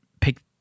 pick